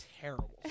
terrible